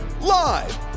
Live